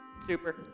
Super